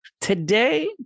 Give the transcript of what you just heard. Today